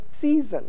season